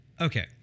Okay